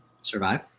Survive